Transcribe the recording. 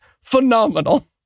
phenomenal